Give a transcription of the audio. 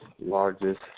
largest